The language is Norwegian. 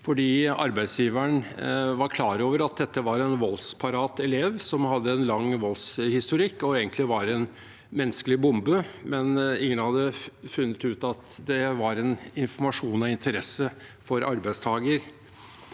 fordi arbeidsgiveren var klar over at dette var en voldsparat elev som hadde en lang voldshistorikk og egentlig var en menneskelig bombe, men ingen hadde funnet ut at det var informasjon av interesse for arbeidstager.